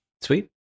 sweet